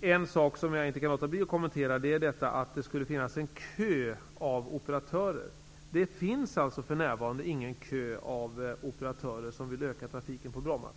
kan inte låta bli att kommentera påståendet att det skulle finnas en kö av operatörer. Det finns för närvarande ingen kö av operatörer som vill öka trafiken på Bromma.